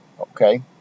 Okay